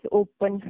open